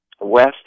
west